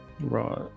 Right